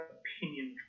opinion